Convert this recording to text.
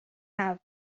have